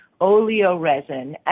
oleoresin